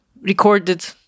recorded